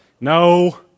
No